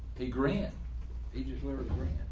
the green pages were were green.